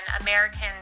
Americans